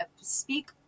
speak